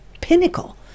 pinnacle